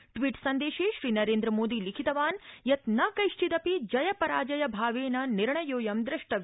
tweet सन्देशे श्रीनरेन्द्रमोदी लिखितवान् यत् न कैश्विदपि जय पराजय भावेन निर्णयोऽयं द्रष्टव्य